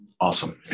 Awesome